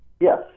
Yes